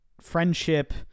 Friendship